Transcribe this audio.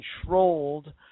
controlled